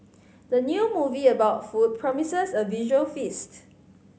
the new movie about food promises a visual feast